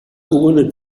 koene